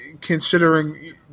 Considering